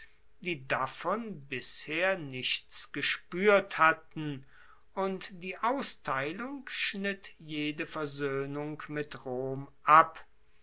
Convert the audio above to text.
die davon bisher nichts gespuert hatten und die austeilung schnitt jede versoehnung mit rom ab